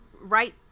right